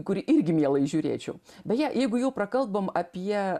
kurį irgi mielai žiūrėčiau beje jeigu jau prakalbom apie